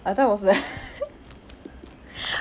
I thought it was the